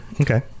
okay